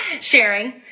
sharing